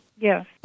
Yes